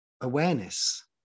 awareness